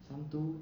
some two